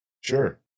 Sure